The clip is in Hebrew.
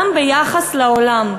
גם ביחס לעולם.